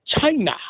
China